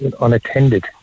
unattended